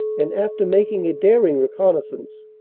and after making a daring reconnaissance,